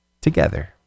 together